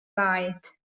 byte